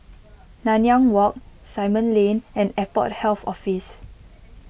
Nanyang Walk Simon Lane and Airport Health Office